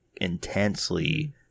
intensely